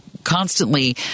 constantly